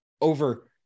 over